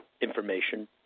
information